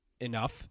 Enough